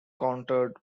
countered